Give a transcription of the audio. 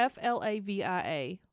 Flavia